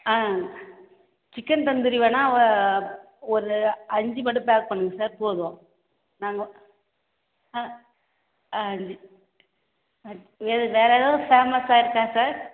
ஆ chicken tandoori வேணுனா ஒரு அஞ்சு மட்டும் பேக் பண்ணுங்கள் சார் போதும் நாங்கள் ஆ அஞ்சு வேறு எதா வேறு எதாவது ஃபேமஸாக இருக்கா சார்